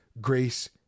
grace